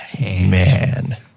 man